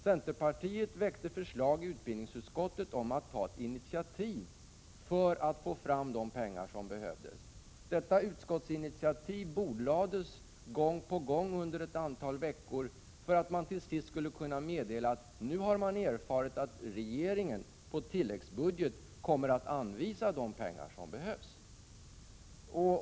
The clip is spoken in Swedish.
Centerpartiet väckte ett förslag i utbildningsutskottet om att ett initiativ skulle tas för att få fram de pengar som behövdes. Detta utskottsinitiativ bordlades gång på gång under ett antal veckor, och till sist meddelades att regeringen i tilläggsbudget skulle anvisa de pengar som behövdes.